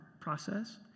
process